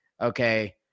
okay